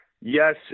Yes